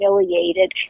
humiliated